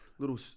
Little